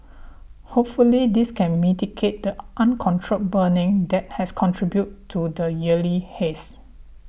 hopefully this can mitigate the uncontrolled burning that has contributed to the yearly haze